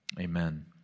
Amen